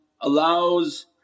allows